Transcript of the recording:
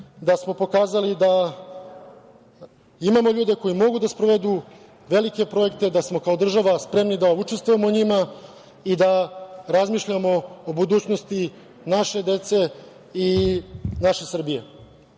da smo pokazali da imamo ljude koji mogu da sprovedu velike projekte, da smo kao država spremni da učestvujemo u njima i da razmišljamo o budućnosti naše dece i naše Srbije. Ono